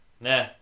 Nah